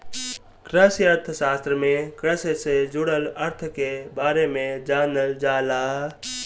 कृषि अर्थशास्त्र में कृषि से जुड़ल अर्थ के बारे में जानल जाला